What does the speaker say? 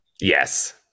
Yes